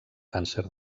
càncer